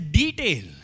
detail